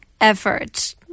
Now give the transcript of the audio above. effort